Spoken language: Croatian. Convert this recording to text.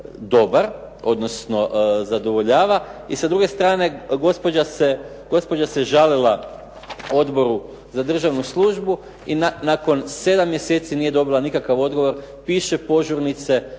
odnosno zadovoljava. I sa druge strane gospođa se žalila Odboru za državnu službu i nakon 7 mjeseci nije dobila nikakav odgovor, piše požurnice